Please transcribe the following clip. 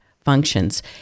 functions